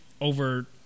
over